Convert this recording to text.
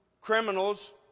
criminals